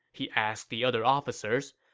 he asked the other officers.